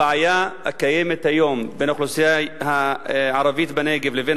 הבעיה הקיימת היום בין האוכלוסייה הערבית בנגב לבין